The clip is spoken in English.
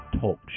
Talk